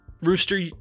Rooster